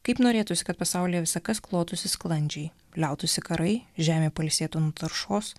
kaip norėtųsi kad pasaulyje visa kas klotųsi sklandžiai liautųsi karai žemė pailsėtų nuo taršos